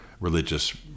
religious